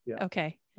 Okay